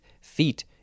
feet